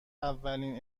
اولین